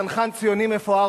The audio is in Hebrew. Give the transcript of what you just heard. צנחן ציוני מפואר,